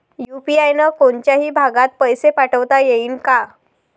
UPI न कोनच्याही भागात पैसे पाठवता येईन का?